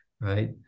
right